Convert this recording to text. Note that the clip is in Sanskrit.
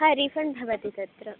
ह रिफ़ण्ड् भवति तत्र